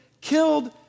killed